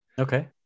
Okay